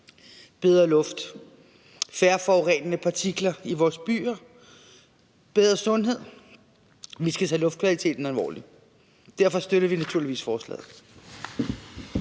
bedre luft, færre forurenende partikler i vores byer og bedre sundhed. Vi skal tage luftkvaliteten alvorligt. Derfor støtter vi naturligvis forslaget.